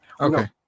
okay